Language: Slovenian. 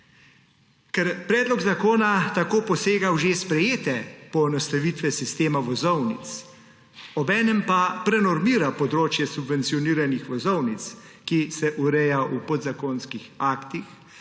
Ker predlog zakona tako posega v že sprejete poenostavitve sistema vozovnic, obenem pa prenormira področje subvencioniranih vozovnic, ki se ureja v podzakonskih aktih,